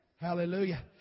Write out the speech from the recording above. Hallelujah